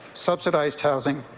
subsidized housing,